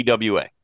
EWA